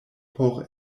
por